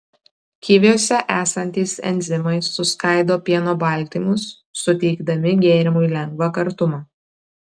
kiviuose esantys enzimai suskaido pieno baltymus suteikdami gėrimui lengvą kartumą